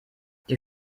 die